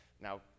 Now